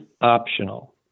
optional